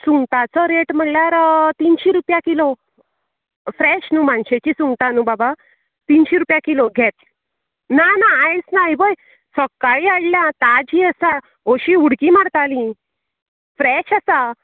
सुंगटाचो रेट म्हणल्यार तिनशीं रुपयां किलो फ्रेश न्हू मानशेची सुंगटां न्हू बाबा तिनशीं रुपयां किलो घे ना ना आयस ना हिबय सकाळी हाडल्या ताजी आसा अशी उडकी मारताली फ्रेश आसा